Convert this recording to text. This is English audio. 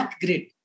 Grid